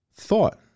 thought